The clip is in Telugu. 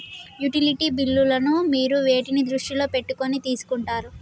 యుటిలిటీ బిల్లులను మీరు వేటిని దృష్టిలో పెట్టుకొని తీసుకుంటారు?